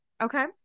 okay